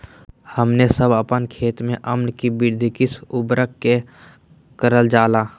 हमने सब अपन खेत में अम्ल कि वृद्धि किस उर्वरक से करलजाला?